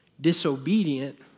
disobedient